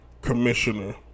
commissioner